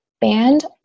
band